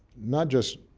not just